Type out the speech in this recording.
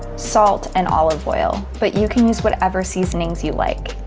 salt, and olive oil, but you can use whatever seasonings you like.